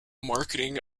marketing